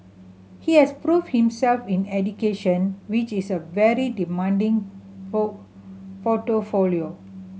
he has proved himself in education which is a very demanding portfolio